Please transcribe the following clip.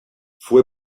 fue